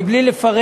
בלי לפרט.